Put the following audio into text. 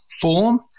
form